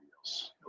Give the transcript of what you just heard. else